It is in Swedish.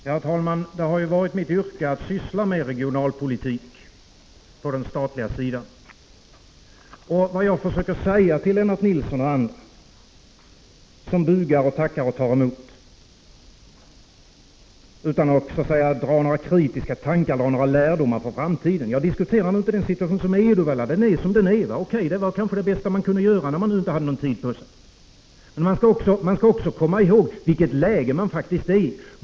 Herr talman! Det har ju varit mitt yrke att syssla med regionalpolitik på den statliga sidan. Vad jag försöker säga till Lennart Nilsson och andra, som bugar, tackar och tar emot utan att ha några kritiska tankar och utan att dra några lärdomar för framtiden, är att jag inte diskuterar situationen i Uddevalla; den är som den är. O.K. — det var kanske det bästa man kunde göra, när man inte hade någon tid på sig. Men man skall också komma ihåg vilket läge man faktiskt är i.